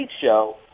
show